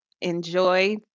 enjoy